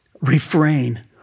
refrain